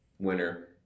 winner